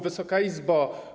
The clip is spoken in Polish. Wysoka Izbo!